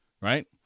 right